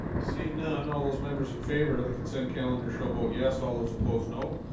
seeing none all those members in favor of the consent calendar so vote yes all those opposed no,